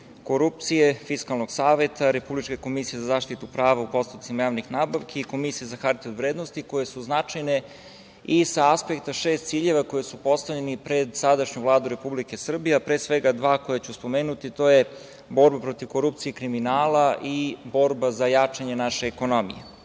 korupcije, Fiskalnog saveta, Republičke komisije za zaštitu prava u postupcima javnih nabavki i Komisije za hartije od vrednosti, koje su značajne i sa aspekta šest ciljeva koji su postavljeni pred sadašnju Vladu Republike Srbije, a pre svega dva koja ću spomenuti, a to je borba protiv korupcije i kriminala i borba za jačanje naše ekonomije. Kao